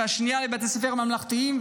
והשנייה לבתי ספר ממלכתיים,